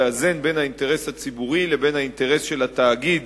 לאזן בין האינטרס הציבורי לבין האינטרס של התאגיד